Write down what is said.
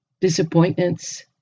disappointments